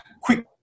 quick